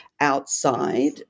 outside